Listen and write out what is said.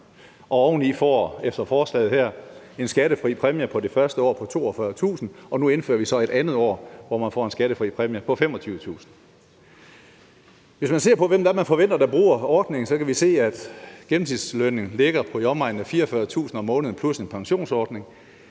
her får de oven i en skattefri præmie det første år på 42.000 kr.; nu indfører vi så et andet år, hvor de får en skattefri præmie på 25.000 kr. Hvis man ser på, hvem det er, man forventer vil bruge ordningen, så kan vi se, at gennemsnitslønnen ligger på i omegnen af 44.000 kr. om måneden plus en pensionsordning.